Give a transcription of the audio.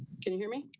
can you hear me.